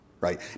right